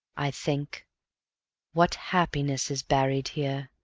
i think what happiness is buried here,